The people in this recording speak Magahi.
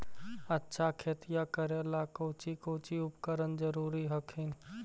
अच्छा खेतिया करे ला कौची कौची उपकरण जरूरी हखिन?